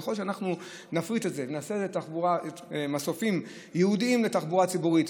ככל שאנחנו נפרוט ונעשה מסופיים ייעודיים לתחבורה הציבורית,